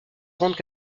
grandes